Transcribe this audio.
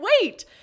wait